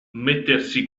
mettersi